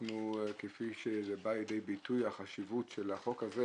כפי שבאה לידי ביטוי החשיבות של החוק הזה